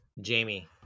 Jamie